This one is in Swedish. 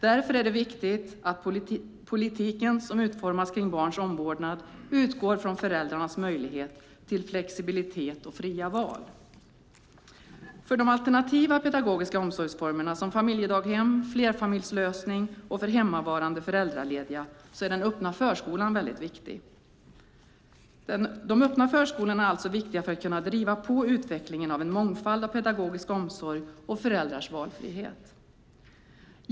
Därför är det viktigt att politiken som utformas kring barns omvårdnad utgår från föräldrarnas möjlighet till flexibilitet och fria val. För de alternativa pedagogiska omsorgsformerna som familjedaghem och flerfamiljslösningar och för hemmavarande föräldralediga är den öppna förskolan viktig. De öppna förskolorna är alltså viktiga för att vi ska kunna driva på utvecklingen av en mångfald av pedagogisk omsorg och föräldrars valfrihet.